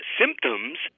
symptoms